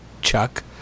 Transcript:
Chuck